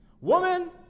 Woman